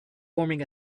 forming